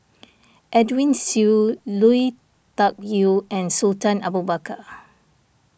Edwin Siew Lui Tuck Yew and Sultan Abu Bakar